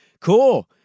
cool